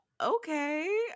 okay